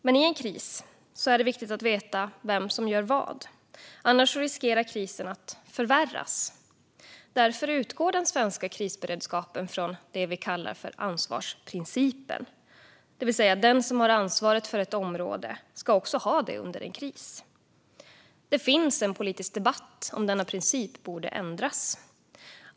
Men i en kris är det viktigt att veta vem som gör vad; annars riskerar krisen att förvärras. Därför utgår den svenska krisberedskapen från det vi kallar för ansvarsprincipen, det vill säga att den som har ansvaret för ett område ska ha det också under en kris. Det finns en politisk debatt om huruvida denna princip borde ändras.